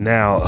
Now